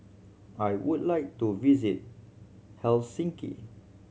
I would like to visit Helsinki